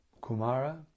Kumara